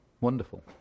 wonderful